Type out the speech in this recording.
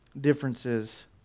differences